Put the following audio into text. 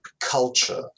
culture